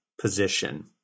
position